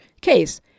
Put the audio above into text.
case